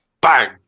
bang